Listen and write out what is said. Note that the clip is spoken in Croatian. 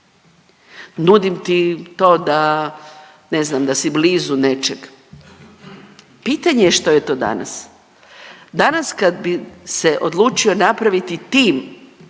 Nudim ti to da, ne znam, da si blizu nečeg. Pitanje je što je to danas. Danas kad bi se odlučio napraviti tim